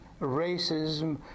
racism